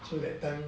so that time